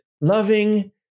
loving